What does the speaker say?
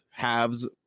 halves